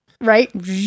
Right